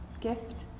gift